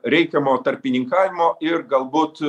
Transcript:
reikiamo tarpininkavimo ir galbūt